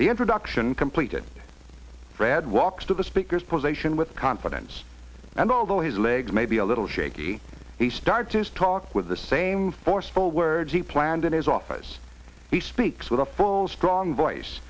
the introduction completed fred walks to the speaker's position with confidence and although his legs may be a little shaky he started to talk with the same forceful words he planned in his office he speaks with a full strong voice